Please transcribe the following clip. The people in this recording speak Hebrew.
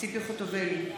ציפי חוטובלי,